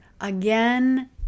again